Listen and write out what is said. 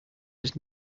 was